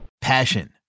Passion